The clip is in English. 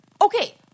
okay